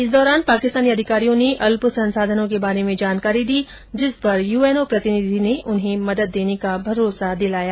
इस दौरान पाकिस्तानी अधिकारियों ने अल्पसंसाधनों के बारे में जानकारी दी जिस पर यूएनओ प्रतिनिधि ने उन्हें मदद देने का भरोसा दिलाया